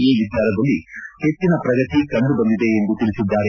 ಈ ವಿಚಾರದಲ್ಲಿ ಹೆಚ್ಚಿನ ಪ್ರಗತಿ ಕಂಡು ಬಂದಿದೆ ಎಂದು ತಿಳಿಸಿದ್ದಾರೆ